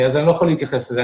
אז אני לא יכול להתייחס לזה.